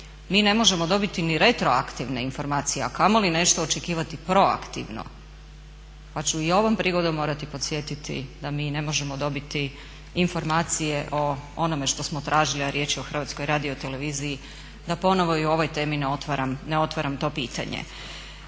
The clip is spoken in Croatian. Mi ne možemo dobiti ni retroaktivne informacije a kamoli nešto očekivati proaktivno pa ću i ovom prigodom morati podsjetiti da mi ne možemo dobiti informacije o onome što smo tražili a riječ je o Hrvatskoj radioteleviziji da ponovno i o ovoj temi ne otvaram to pitanje.